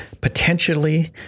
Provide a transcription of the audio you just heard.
potentially